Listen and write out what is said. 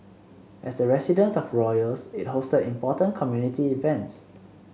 as the residence of royals it hosted important community events